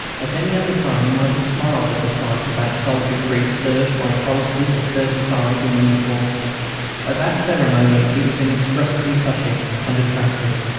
at any other time we might have smiled at the sight of that soldier-priest served by choristers of thirty-five in uniform at that ceremony it was inexpressibly touching and attractive,